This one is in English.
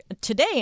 today